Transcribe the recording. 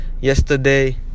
yesterday